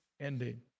Ending